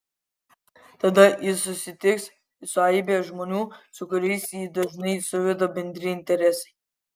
tada jis susitiks su aibe žmonių su kuriais jį dažnai suveda bendri interesai